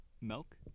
milk